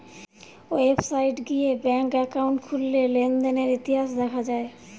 website গিয়ে bank account খুললে লেনদেনের ইতিহাস দেখা যায়